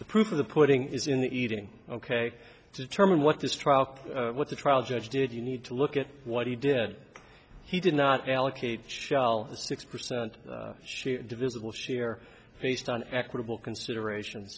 the proof of the putting is in the eating ok to determine what this trial what the trial judge did you need to look at what he did he did not allocate shall six percent share divisible share based on equitable consideration